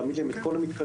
להעמיד להם את כל המתקנים,